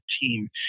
team